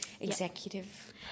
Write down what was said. executive